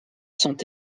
sont